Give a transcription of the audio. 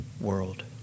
world